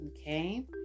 Okay